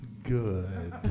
Good